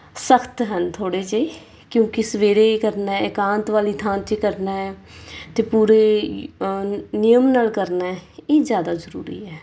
ਸਖ਼ਤ ਹਨ ਥੋੜ੍ਹੇ ਜਿਹੇ ਨਹੀਂ ਕਿਉਕਿ ਸਵੇਰੇ ਕਰਨਾ ਇਕਾਂਤ ਵਾਲੀ ਥਾਂ 'ਚ ਕਰਨਾ ਅਤੇ ਪੂਰੇ ਨਿਯਮ ਨਾਲ ਕਰਨਾ ਇਹ ਜ਼ਿਆਦਾ ਜ਼ਰੂਰੀ ਹੈ